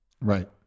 Right